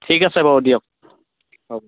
ঠিক আছে বাৰু দিয়ক হ'ব